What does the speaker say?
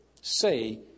say